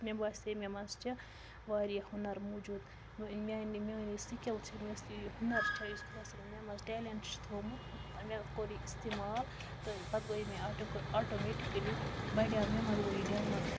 مےٚ باسے مےٚ منٛز چھِ واریاہ ہُنَر موٗجوٗد میٛانہِ میٛٲنۍ یُس سِکِل چھےٚ مےٚ یُس یہِ ہُنَر چھےٚ یُس خۄدا صٲبَن مےٚ منٛز ٹیلٮ۪نٛٹ چھِ تھوٚومُت مےٚ کوٚر یہِ استعمال تہٕ پَتہٕ گیاو مےٚ آٹومیٹِکٔلی بڑیٛوو مےٚ منٛز گوٚو یہِ ڈٮ۪ولَپ